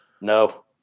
No